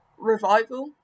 revival